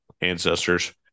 Ancestors